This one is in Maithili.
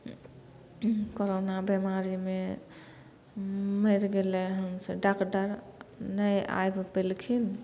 करोना बिमारीमे मरि गेलै हन से डाक्टर नहि आबि पयलखिन